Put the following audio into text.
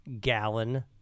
gallon